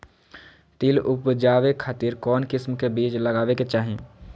तिल उबजाबे खातिर कौन किस्म के बीज लगावे के चाही?